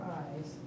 eyes